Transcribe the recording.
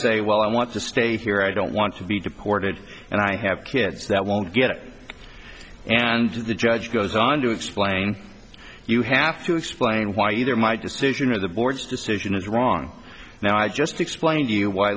say well i want to stay here i don't want to be deported and i have kids that won't get and the judge goes on to explain you have to explain why either my decision or the board's decision is wrong now i just explained